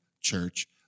Church